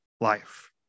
life